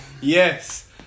yes